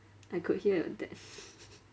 I could hear your dad